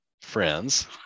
friends